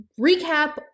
recap